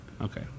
Okay